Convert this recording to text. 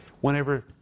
Whenever